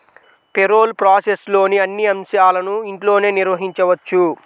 payroll ప్రాసెస్లోని అన్ని అంశాలను ఇంట్లోనే నిర్వహించవచ్చు